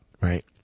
Right